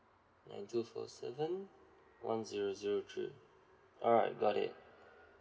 nine two four seven one zero zero three alright got it